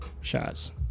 shots